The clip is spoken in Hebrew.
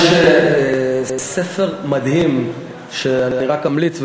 יש ספר מדהים שאני רק אמליץ עליו,